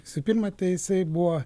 visų pirma tai jisai buvo